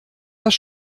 das